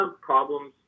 problems